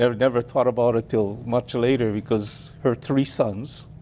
ah never thought about it till much later, because her three sons,